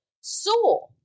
saw